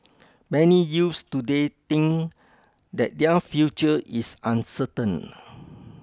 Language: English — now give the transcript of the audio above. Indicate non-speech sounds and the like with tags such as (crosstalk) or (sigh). many youths today think that their future is uncertain (noise)